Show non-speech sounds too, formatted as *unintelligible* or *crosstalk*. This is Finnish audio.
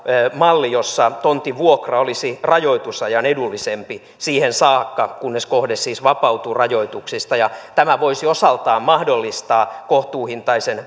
malli jossa tontin vuokra olisi rajoitusajan edullisempi siihen saakka kunnes kohde siis vapautuu rajoituksista tämä voisi osaltaan mahdollistaa kohtuuhintaisen *unintelligible*